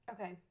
okay